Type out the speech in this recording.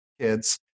kids